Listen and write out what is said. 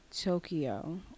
Tokyo